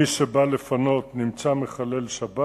מי שבא לפנות נמצא מחלל שבת.